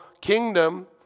kingdom